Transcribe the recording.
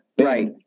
Right